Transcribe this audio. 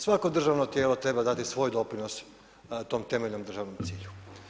Svako državno tijelo treba dati svoj doprinos tom temeljenom državnom cilju.